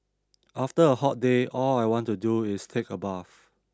after a hot day all I want to do is take a bath